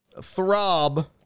Throb